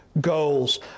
goals